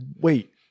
wait